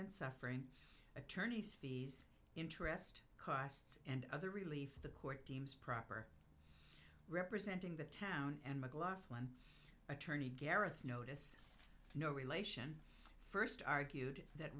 and suffering attorneys fees interest costs and other relief the court deems proper representing the town and mclaughlin attorney gareth notice no relation first argued that